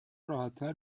راحتتر